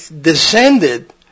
descended